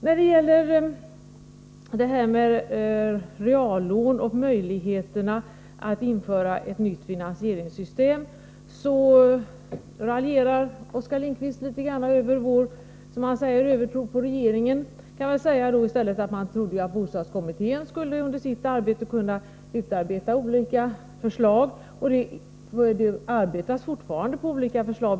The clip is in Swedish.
När det gäller reallån och möjligheterna att införa ett nytt finansieringssystem raljerar Oskar Lindkvist litet grand över vår, som han säger, övertro på regeringen. Jag kan i stället säga att man trodde att bostadskommittén under sitt arbete skulle kunna utarbeta olika förslag — och det arbetas fortfarande på olika förslag.